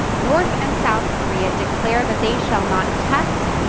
north and south korea declare that they shall not test,